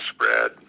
spread